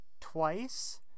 twice